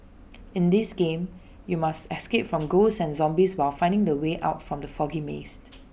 in this game you must escape from ghosts and zombies while finding the way out from the foggy maze